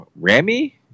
Rami